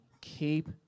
keep